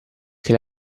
che